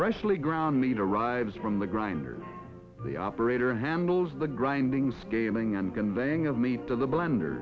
freshly ground meat arrives from the grinder the operator handles the grinding scaling and conveying of meat to the blender